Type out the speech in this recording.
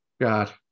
God